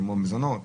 כמו מזונות,